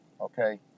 okay